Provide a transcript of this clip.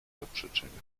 zaprzeczeniom